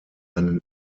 einen